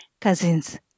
cousins